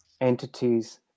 entities